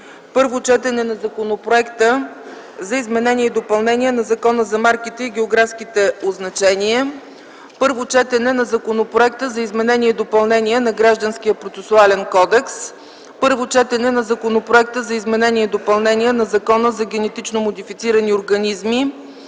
Първо четене на Законопроекта за изменение и допълнение на Закона за марките и географските означения. Първо четене на Законопроекта за изменение и допълнение на Гражданския процесуален кодекс. Първо четене на Законопроекта за изменение и допълнение на Закона за генетично модифицирани организми.